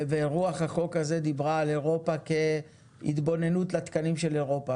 וברוח החוק הזה דיברה על אירופה כהתבוננות לתקנים של אירופה,